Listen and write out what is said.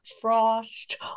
frost